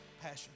passion